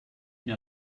mir